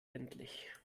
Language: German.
endlich